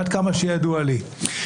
עד כמה שידוע לי.